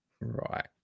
Right